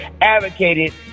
advocated